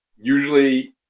usually